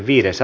asia